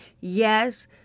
Yes